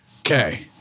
Okay